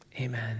amen